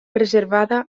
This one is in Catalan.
reservada